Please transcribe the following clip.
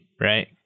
right